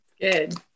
Good